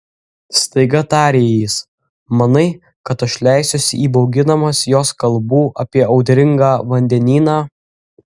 staiga tarė jis manai kad aš leisiuosi įbauginamas jos kalbų apie audringą vandenyną